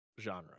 genre